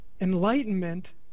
enlightenment